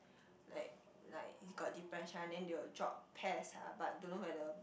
like like if got depression then they will drop Pes ah but don't know whether